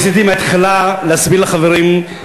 ניסיתי מהתחלה להסביר לחברים,